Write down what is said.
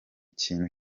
kintu